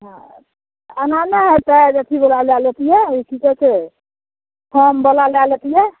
हँ एना नहि हेते जे अथीवला लै लेतिए ओ कि कहै छै कमवला लै लेतिए